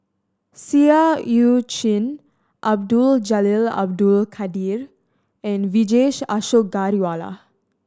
Seah Eu Chin Abdul Jalil Abdul Kadir and Vijesh Ashok Ghariwala